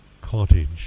cottage